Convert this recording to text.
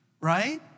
right